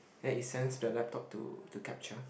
and it sends to the laptop to to capture